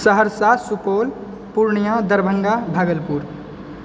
Saharsa Supaul Purnia Darbhanga Bhagalpur